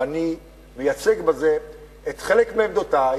ואני מייצג בזה חלק מעמדותי,